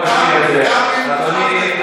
בוא נשאיר את זה, אדוני.